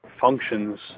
functions